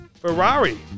Ferrari